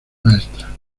maestra